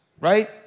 right